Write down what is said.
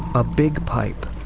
a big pipe.